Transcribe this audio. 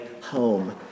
home